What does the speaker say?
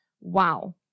Wow